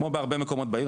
כמו בהרבה מקומות בעיר,